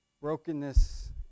brokenness